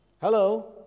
Hello